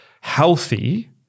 healthy